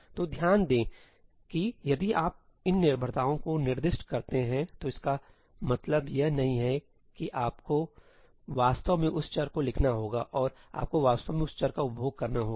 तो ध्यान दें कि यदि आप इन निर्भरताओं को निर्दिष्ट करते हैंठीक तो इसका मतलब यह नहीं है कि आपको वास्तव में उस चर को लिखना होगा और आपको वास्तव में उस चर का उपभोग करना होगा